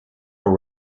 are